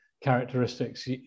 characteristics